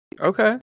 Okay